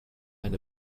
and